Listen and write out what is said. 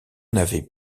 n’avaient